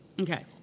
Okay